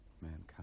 Mankind